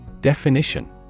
Definition